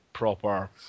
proper